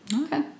Okay